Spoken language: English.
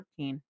14